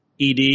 ED